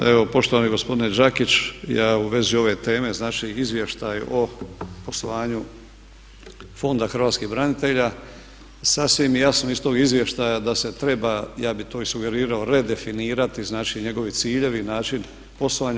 Pa evo poštovani gospodine Đakić, ja u vezi ove teme znači Izvještaj o poslovanju Fonda hrvatskih branitelja sasvim je jasno iz tog izvještaja da se treba, ja bih to i sugerirao redefinirati, znači njegovi ciljevi i način poslovanja.